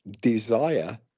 desire